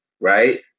right